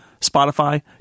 Spotify